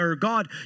God